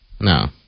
No